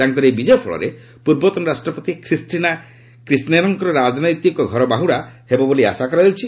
ତାଙ୍କର ଏହି ବିଜୟ ଫଲରେ ପୂର୍ବତନ ରାଷ୍ଟ୍ରପତି ଖ୍ରୀଷ୍ଟିନା କ୍ରିଚେନରଙ୍କର ରାଜନୈତକ ଘର ବାହ୍ରଡ଼ା ହେବ ବୋଲି ଆଶା କରାଯାଉଛି